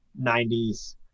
90s